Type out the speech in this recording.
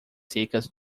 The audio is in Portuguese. secas